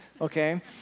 okay